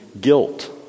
guilt